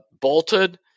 bolted